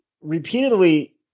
repeatedly